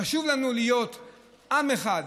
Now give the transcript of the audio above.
חשוב לנו להיות עם אחד